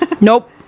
Nope